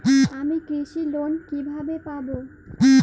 আমি কৃষি লোন কিভাবে পাবো?